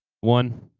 one